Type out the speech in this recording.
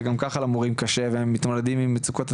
וגם ככה למורים קשה והם מתמודדים עם מצוקות,